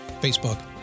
Facebook